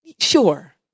sure